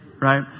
Right